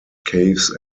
caves